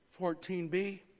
14b